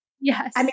Yes